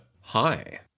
Hi